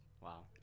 Wow